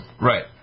Right